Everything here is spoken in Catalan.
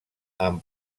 amb